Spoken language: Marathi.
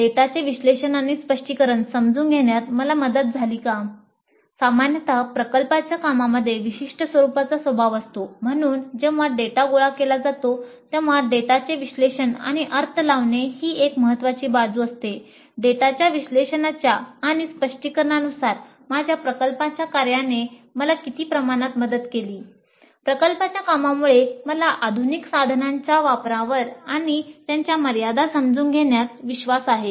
" प्रकल्पाच्या कामामुळे मला आधुनिक साधनांच्या वापरावर आणि त्यांच्या मर्यादा समजून घेण्यास विश्वास आहे